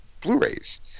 Blu-rays